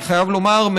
אני חייב לומר,